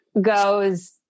goes